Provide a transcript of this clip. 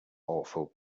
awful